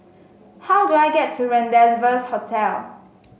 how do I get to Rendezvous Hotel